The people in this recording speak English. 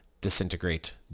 disintegrate